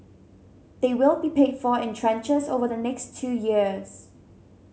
they will be paid for in tranches over the next two years